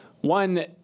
one